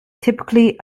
typically